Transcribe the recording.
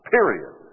Period